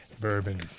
Bourbon